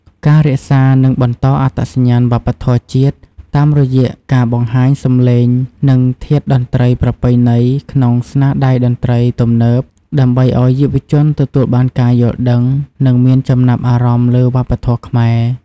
ការរក្សា និងបន្តអត្តសញ្ញាណវប្បធម៌ជាតិ តាមរយៈការបង្ហាញសំឡេងនិងធាតុតន្ត្រីប្រពៃណីក្នុងស្នាដៃតន្ត្រីទំនើប ដើម្បីឲ្យយុវជនទទួលបានការយល់ដឹង និងមានចំណាប់អារម្មណ៍ លើវប្បធម៌ខ្មែរ។